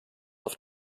auf